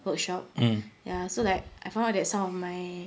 workshop ya so like I found out that some of my